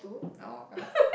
oh okay